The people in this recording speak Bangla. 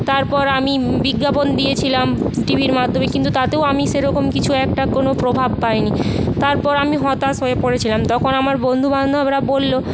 তারপর আমি বিজ্ঞাপন দিয়েছিলাম টিভির মাধ্যমে কিন্তু তাতেও আমি সেরকম কিছু একটা কোন প্রভাব পায়নি তারপর আমি হতাশ হয়ে পড়েছিলাম তখন আমার বন্ধু বান্ধবরা বললো